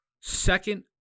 second